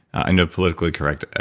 i know politically correct,